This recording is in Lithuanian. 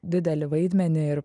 didelį vaidmenį ir